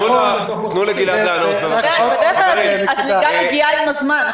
בדרך כלל הזליגה מגיעה עם הזמן,